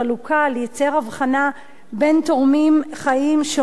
לייצר הבחנה בין תורמים חיים שונים בכל